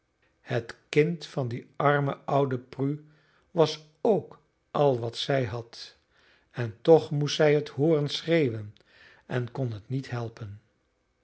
het kind van die arme oude prue was ook al wat zij had en toch moest zij het hooren schreeuwen en kon het niet helpen